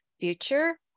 future